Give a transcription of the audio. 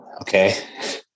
okay